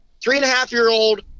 three-and-a-half-year-old